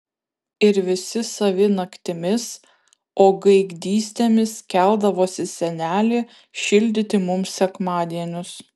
ir visi savi naktimis o gaidgystėmis keldavosi senelė šildyti mums sekmadienius